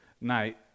night